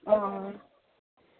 अ